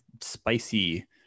spicy